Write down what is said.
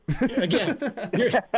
Again